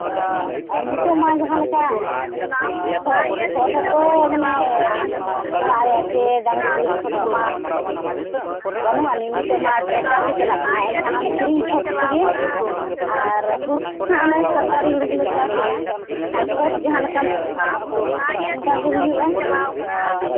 ᱟᱨ ᱱᱤᱛᱚᱜ ᱢᱟ ᱡᱟᱦᱟᱸ ᱞᱮᱠᱟ ᱠᱷᱚᱛ ᱠᱷᱚᱛ ᱦᱚᱸᱛᱚ ᱢᱟᱱᱮ ᱚᱲᱟᱜ ᱨᱮᱭᱟᱜ ᱪᱮ ᱰᱟᱝᱨᱤ ᱜᱩᱨᱤᱡ ᱠᱷᱚᱛ ᱠᱚᱢᱟ ᱵᱟᱹᱱᱩᱜ ᱟᱹᱱᱤᱡ ᱱᱤᱛᱚᱜ ᱢᱟ ᱴᱨᱟᱠᱴᱟᱨ ᱜᱮ ᱪᱟᱞᱟᱜ ᱠᱟᱱᱟ ᱮᱱᱠᱷᱟᱱ ᱚᱱᱮ ᱠᱤᱨᱤᱧ ᱠᱷᱚᱛ ᱛᱮᱜᱮ ᱟᱨ ᱦᱳᱲᱳ ᱠᱚᱦᱚᱸ ᱥᱚᱨᱠᱟᱨᱤ ᱦᱳᱲᱳ ᱜᱮᱞᱮ ᱪᱟᱥ ᱮᱜᱼᱟ ᱠᱷᱟᱱ ᱠᱷᱚᱛ ᱡᱟᱦᱟᱸ ᱞᱮᱠᱟᱢ ᱚᱱᱠᱟᱜᱮ ᱦᱩᱭᱩᱜᱼᱟ